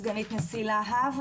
סגנית נשיא לה"ב,